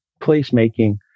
placemaking